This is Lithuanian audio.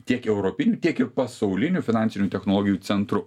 tiek europiniu tiek ir pasauliniu finansinių technologijų centru